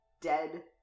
dead